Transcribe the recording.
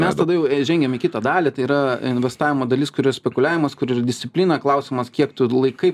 mes tada jau žengiam į kitą dalį tai yra investavimo dalis kur yra spekuliavimas kur yra disciplina klausimas kiek tu laikai